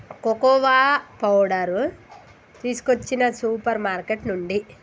cocoa powder తీసుకొచ్చిన supermarket నుండి